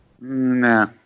Nah